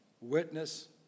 witness